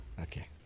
okay